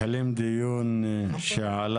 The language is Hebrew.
פותח את דיון ישיבת ועדת הפנים והגנת הסביבה.